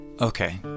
okay